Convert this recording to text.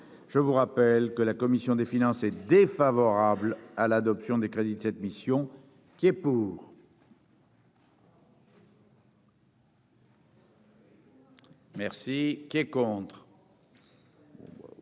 je vous rappelle que la commission des finances, est défavorable à l'adoption des crédits de cette mission, qui est pour. Merci qui est contre.